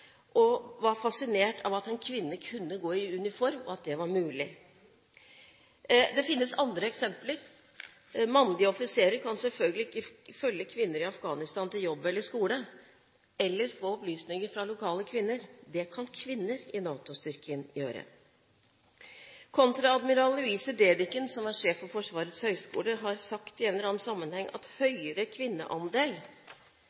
og nærmest tatt på henne. De var fasinert over at en kvinne kunne gå i uniform, at det var mulig. Det finnes andre eksempler. Mannlige offiserer kan selvfølgelig ikke følge kvinner i Afghanistan til jobb eller skole – eller få opplysninger fra lokale kvinner. Det kan kvinner i NATO-styrken gjøre. Kontreadmiral Louise Dedichen, som er sjef for Forsvarets høyskole, har sagt i en eller annen sammenheng at